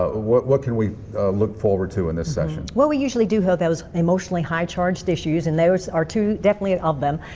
ah what what can we look forward to in this session? well, we usually do have those emotionally high charged issues. and those are two definitely of them.